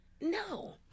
No